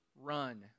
run